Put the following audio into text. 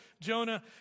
Jonah